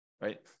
right